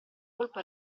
colpo